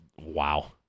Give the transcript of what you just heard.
Wow